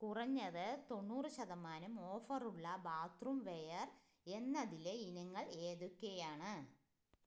കുറഞ്ഞത് തൊണ്ണൂറ് ശതമാനം ഓഫറുള്ള ബാത്ത്റൂംവെയർ എന്നതിലെ ഇനങ്ങൾ ഏതൊക്കെയാണ്